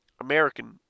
American